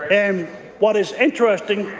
and um what is interesting,